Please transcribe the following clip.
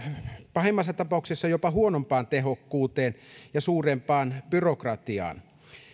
pahimmassa tapauksessa jopa huonompaan tehokkuuteen ja suurempaan byrokratiaan